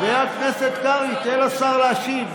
כשאנחנו העלינו, חבר הכנסת קרעי, תן לשר להשיב.